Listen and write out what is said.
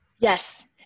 yes